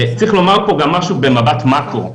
צריך לומר פה גם משהו במבט מאקרו.